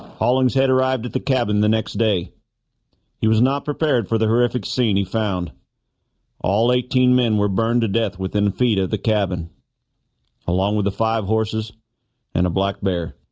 hollingshead had arrived at the cabin the next day he was not prepared for the horrific scene he found all eighteen men were burned to death within feet of the cabin along with the five horses and a black bear